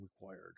required